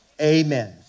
Amen